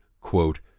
quote